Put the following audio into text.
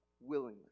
Willingly